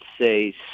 say